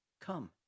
come